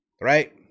right